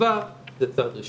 בתקווה שזה צעד ראשון.